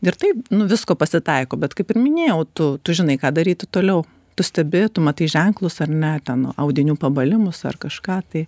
ir taip nu visko pasitaiko bet kaip ir minėjau tu tu žinai ką daryti toliau tu stebi tu matai ženklus ar ne ten audinių pabalimus ar kažką tai